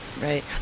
right